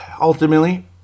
ultimately